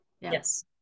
Yes